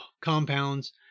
compounds